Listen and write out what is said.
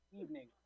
evening